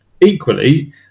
equally